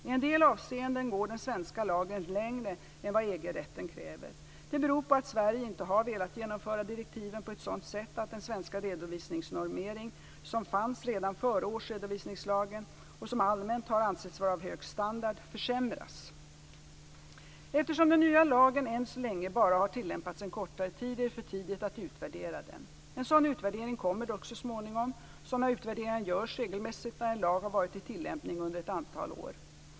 I en del avseenden går den svenska lagen längre än vad EG-rätten kräver. Det beror på att Sverige inte har velat genomföra direktiven på ett sådant sätt att den svenska redovisningsnormering som fanns redan före årsredovisningslagen, och som allmänt har ansetts vara av hög standard, försämras. Eftersom den nya lagen än så länge bara har tilllämpats under en kortare tid är det för tidigt att utvärdera den. En sådan utvärdering kommer dock så småningom; sådana utvärderingar görs regelmässigt när en lag har varit i tillämpning under ett antal år.